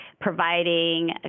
providing